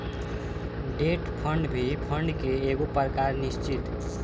debt fund भी fund के एगो प्रकार निश्चित